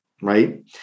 Right